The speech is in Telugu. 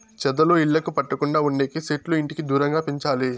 చెదలు ఇళ్లకు పట్టకుండా ఉండేకి సెట్లు ఇంటికి దూరంగా పెంచాలి